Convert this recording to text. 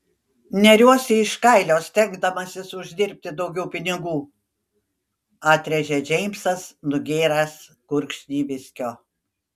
neriuosi iš kailio stengdamasis uždirbti daugiau pinigų atrėžė džeimsas nugėręs gurkšnį viskio